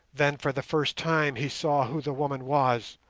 then for the first time he saw who the woman was,